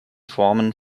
formen